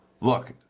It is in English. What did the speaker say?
Look